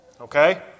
Okay